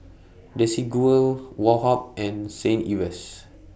Desigual Woh Hup and Saint Ives